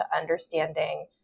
understanding